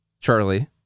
Charlie